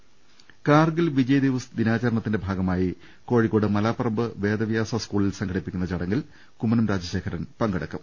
പ കാർഗിൽ വിജയ് ദിവസ് ദിനാചരണത്തിന്റെ ഭാഗമായി കോഴിക്കോട് മലാപ്പറമ്പ് വേദവ്യാസ സ്കൂളിൽ സംഘടിപ്പി ക്കുന്ന ചടങ്ങിൽ കുമ്മനം രാജശ്യേഖരൻ പങ്കെടുക്കും